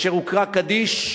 כאשר הוקרא "קדיש"